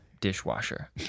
Dishwasher